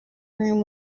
room